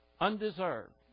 undeserved